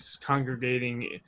congregating